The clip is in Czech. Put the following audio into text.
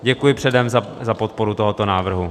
Děkuji předem za podporu tohoto návrhu.